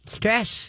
stress